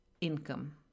income